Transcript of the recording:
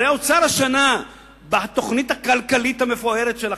הרי האוצר השנה, בתוכנית הכלכלית המפוארת שלכם,